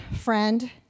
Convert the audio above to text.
friend